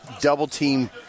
double-team